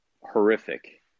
horrific